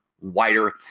wider